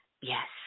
Yes